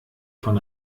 von